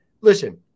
listen –